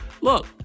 look